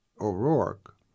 O'Rourke